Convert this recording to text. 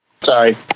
Sorry